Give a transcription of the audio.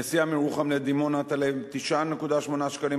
נסיעה מירוחם לדימונה תעלה 9.8 שקל,